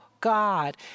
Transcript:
God